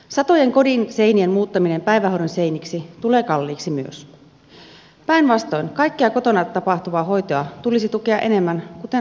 satojen kodin seinien muuttaminen päivähoidon seiniksi tulee kalliiksi myös päinvastoin kaikkea kotona tapahtuvaa hoitoa tulisi tukea enemmän kuten omaishoitoakin